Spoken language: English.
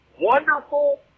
wonderful